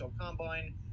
Combine